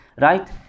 Right